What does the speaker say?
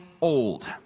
old